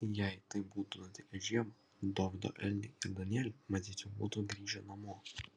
jei tai būtų nutikę žiemą dovydo elniai ir danieliai matyt jau būtų grįžę namo